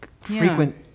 frequent